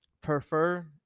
prefer